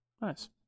Nice